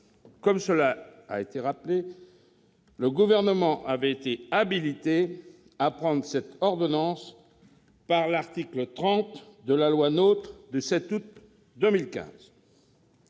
Comme cela a été rappelé, le Gouvernement avait été habilité à prendre ces ordonnances par l'article 30 de la loi du 7 août 2015